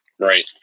Right